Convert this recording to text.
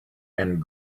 and